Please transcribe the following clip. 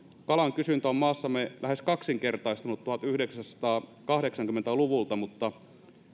kalan kysyntä on maassamme lähes kaksinkertaistunut tuhatyhdeksänsataakahdeksankymmentä luvulta mutta